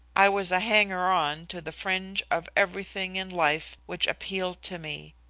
i was a hanger-on to the fringe of everything in life which appealed to me,